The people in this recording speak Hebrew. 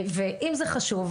אם זה חשוב,